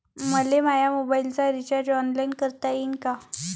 मले माया मोबाईलचा रिचार्ज ऑनलाईन करता येईन का?